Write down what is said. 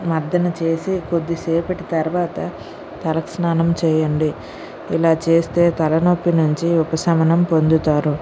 మర్దన చేసి కొద్దిసేపటి తర్వాత తర స్నానం చేయండి ఇలా చేస్తే తలనొప్పి నుంచి ఉపశమనం పొందుతారు